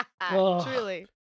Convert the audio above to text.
Truly